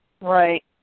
Right